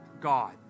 God